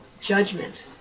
judgment